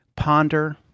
Ponder